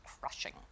crushing